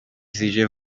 zije